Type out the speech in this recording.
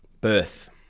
Birth